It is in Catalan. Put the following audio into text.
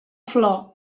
flor